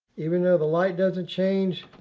even though the light doesn't change,